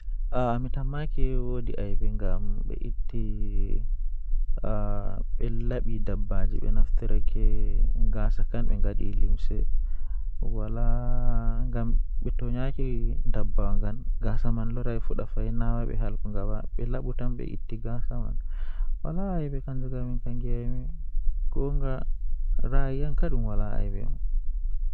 Ndabbawa jei mi meeɗi laarugo jei hilni am nden hulni am masin Nannjum woni Baaba ladde Ko buggol baɗte ɗum e wi'a heɓɓe Namdi, ɗum ɓurndu ngona mi waawataa. Mi waɗii njogii ngam Heɓaade tewti e ɗum woni maye nder rewbeewal goɗɗum. Ko Lanɗe kala ndiyam miɓe njogii wuro faamaade ɓurnde ngal.